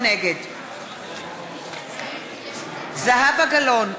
נגד זהבה גלאון,